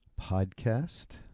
podcast